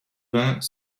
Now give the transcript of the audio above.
vint